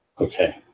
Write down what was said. Okay